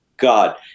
god